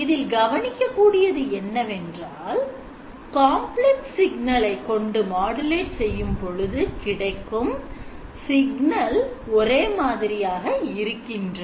இதில் கவனிக்க கூடியது என்னவென்றால் complex signal ஆனe j 2N கொண்டு modulate செய்யும்பொழுது கிடைக்கும் signal ஒரே மாதிரியாக இருக்கின்றது